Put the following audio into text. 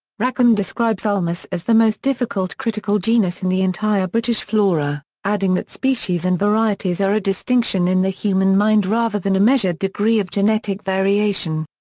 rackham describes ulmus as the most difficult critical genus in the entire british flora, adding that species and varieties are a distinction in the human mind rather than a measured degree of genetic variation.